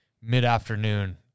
mid-afternoon